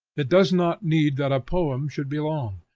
it does not need that a poem should be long.